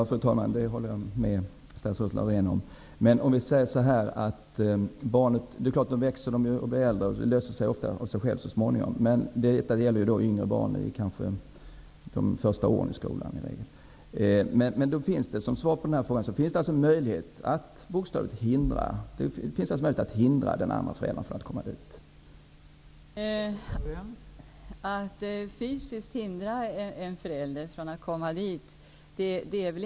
Fru talman! Det håller jag med statsrådet Laurén om. Barnen växer givetvis och blir äldre och säkrare på sig själva. Men jag tänker på yngre barn under de första åren i skolan. Det finns alltså möjlighet att bokstavligen hindra den andre föräldern att komma till skolan?